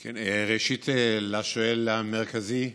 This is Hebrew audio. ראשית, לשואל המרכזי,